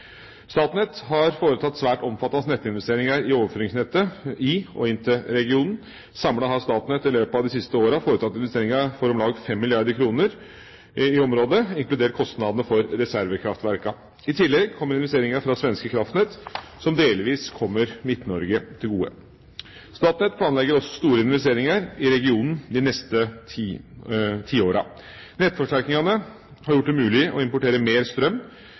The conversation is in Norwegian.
Statnett har foretatt svært omfattende nettinvesteringer i overføringsnettet i og inn til regionen. Samlet har Statnett i løpet av de siste åra foretatt investeringer for om lag 5 mrd. kr i området, inkludert kostnadene for reservekraftverkene. I tillegg kommer investeringer fra Svenska Kraftnät, som delvis kommer Midt-Norge til gode. Statnett planlegger også store investeringer i regionen de neste ti åra. Nettforsterkningene har gjort det mulig å importere mer strøm